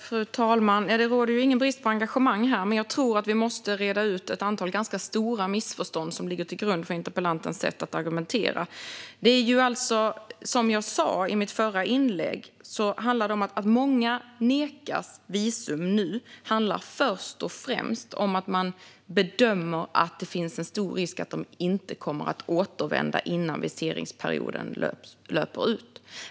Fru talman! Det råder ingen brist på engagemang här, men jag tror att vi måste reda ut ett antal ganska stora missförstånd som ligger till grund för interpellantens sätt att argumentera. Som jag sa i mitt förra inlägg är anledningen till att många nu nekas visum först och främst att man bedömer att det finns en stor risk för att de inte kommer att återvända innan viseringsperioden löper ut.